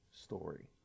story